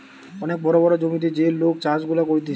অনেক বড় বড় জমিতে যে লোক চাষ গুলা করতিছে